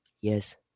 Yes